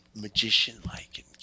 magician-like